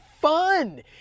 fun